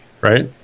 right